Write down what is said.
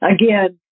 Again